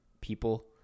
people